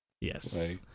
Yes